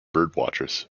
birdwatchers